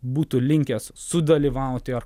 būtų linkęs sudalyvauti ar